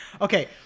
Okay